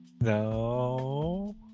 No